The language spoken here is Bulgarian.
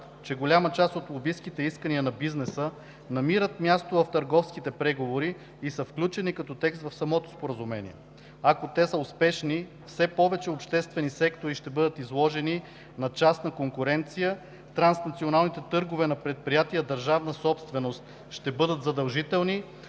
че голяма част от лобистките искания на бизнеса намират място в търговските преговори и са включени като текст в самото споразумение. Ако те са успешни, все повече обществени сектори ще бъдат изложени на частна конкуренция, транснационалните търгове на предприятия, държавна собственост, ще бъдат задължителни,